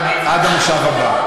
עד למושב הבא.